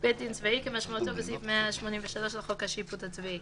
- "בית דין צבאי" כמשמעותו בסעיף 183 לחוק השיפוט הצבאי,